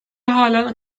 halen